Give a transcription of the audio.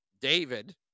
David